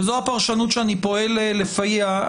וזו הפרשנות שאני פועל לפיה,